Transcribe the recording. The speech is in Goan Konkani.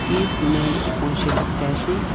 तीस मे एकुणशें सत्तायंशी